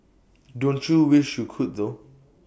don't you wish you could though